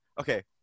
Okay